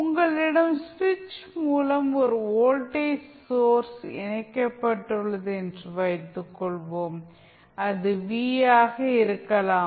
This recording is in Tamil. உங்களிடம் சுவிட்ச் மூலம் ஒரு வோல்டேஜ் சோர்ஸ் இணைக்கப்பட்டுள்ளது என்று வைத்துக் கொள்வோம் அது V ஆக இருக்கலாம்